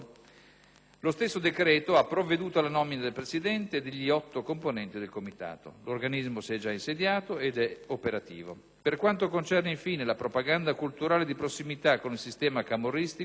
Lo stesso decreto ha provveduto alla nomina del Presidente e degli otto componenti del Comitato. L'organismo si è insediato ed è già operativo. Per quanto concerne, infine, la propaganda culturale di prossimità con il sistema camorristico,